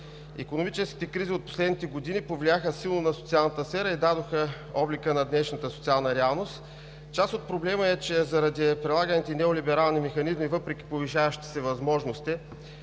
Икономическите кризи от последните години силно повлияха на социалната сфера и дадоха облика на днешната социална реалност. Част от проблема е, че заради прилаганите неолиберални механизми, въпреки повишаващите се възможности,